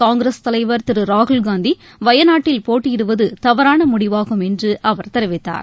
காங்கிரஸ் தலைவர் திரு ராகுல்காந்தி வயநாட்டில் போட்டியிடுவது தவறான முடிவாகும் என்று அவர் தெரிவித்தார்